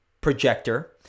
projector